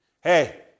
Hey